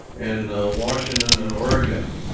in washington and oregon.